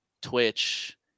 Twitch